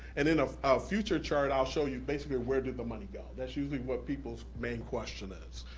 and in a future chart, i'll show you basically where did the money go. that's usually what people's main question is.